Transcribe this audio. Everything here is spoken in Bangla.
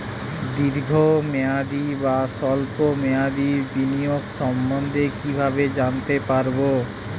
দীর্ঘ মেয়াদি বা স্বল্প মেয়াদি বিনিয়োগ সম্বন্ধে কীভাবে জানতে পারবো?